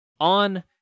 on